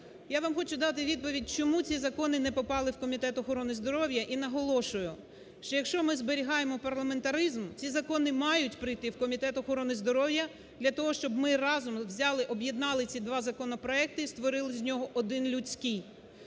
Я вам хочу дати відповідь, чому ці закони не потрапили в Комітет охорони здоров'я і наголошую, що якщо ми зберігаємо парламентаризм, ці закони мають прийти в Комітет охорони здоров'я для того, щоб ми разом взяли об'єднали ці два законопроекти і створили з нього один людський.